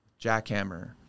jackhammer